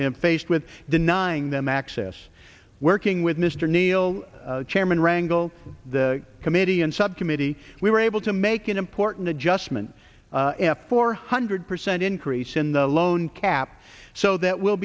faced with denying them access working with mr neil chairman rangle the committee and subcommittee we were able to make an important adjustment four hundred percent increase in the loan cap so that w